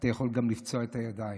אתה יכול גם לפצוע את הידיים.